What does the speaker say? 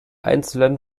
einzelnen